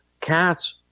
Cats